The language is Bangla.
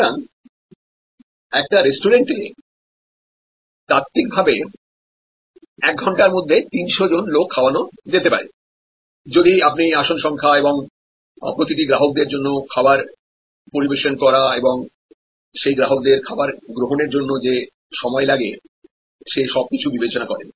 সুতরাং একটা রেস্টুরেন্টে তাত্ত্বিকভাবে এক ঘন্টার মধ্যে 300 জন লোক খাওয়ানো যেতে পারে যদি আপনি আসন সংখ্যা এবং প্রতিটি গ্রাহকের জন্য খাবার পরিবেশনা করা এবং সেই গ্রাহকদের খাবার গ্রহণের জন্য যে সময় লাগে সে সবকিছু বিবেচনা করেন